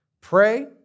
pray